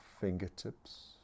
fingertips